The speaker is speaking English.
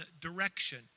direction